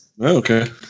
okay